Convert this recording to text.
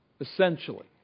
essentially